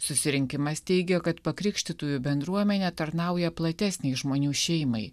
susirinkimas teigia kad pakrikštytųjų bendruomenė tarnauja platesnei žmonių šeimai